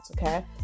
okay